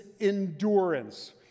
endurance